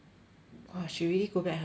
!wah! she really go back herself ah